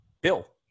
Bill